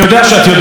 זה בסדר,